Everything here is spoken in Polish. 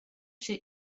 się